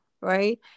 right